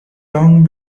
long